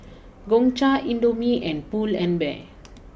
Gongcha Indomie and Pull and Bear